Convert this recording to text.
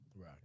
Right